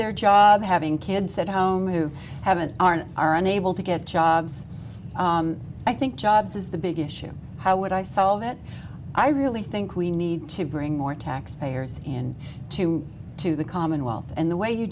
their job having kids at home who haven't aren't are unable to get jobs i think jobs is the big issue how would i solve it i really think we need to bring more tax payers in to to the commonwealth and the way you